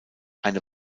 eine